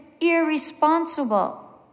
irresponsible